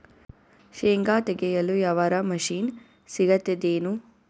ಶೇಂಗಾ ತೆಗೆಯಲು ಯಾವರ ಮಷಿನ್ ಸಿಗತೆದೇನು?